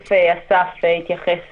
תיכף אסף יתייחס